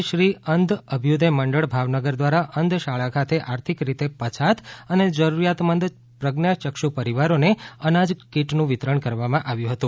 આજે શ્રી અંધ અભ્યુદય મંડળ ભાવનગર દ્વારા અંધ શાળા ખાતે આર્થિક રીતે પછાત અને જરૂરીયાતમંદ પ્રજ્ઞાયક્ષુ પરિવારોને અનાજકીટનું વિતરણ કરવામાં આવ્યું હતું